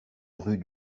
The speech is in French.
rue